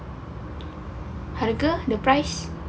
harga the price